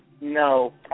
No